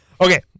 Okay